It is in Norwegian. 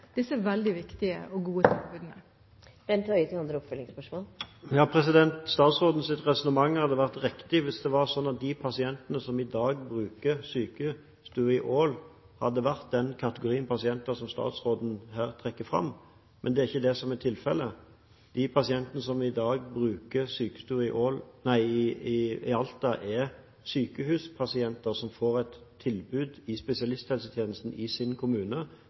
disse veldig viktige og gode tilbudene. Statsrådens resonnement hadde vært riktig hvis det var sånn at de pasientene som i dag bruker sykestua i Alta, hadde vært den kategorien pasienter som statsråden her trekker fram. Men det er ikke det som er tilfellet. De pasientene som i dag bruker sykestua i Alta, er sykehuspasienter som får et tilbud i spesialisthelsetjenesten i sin kommune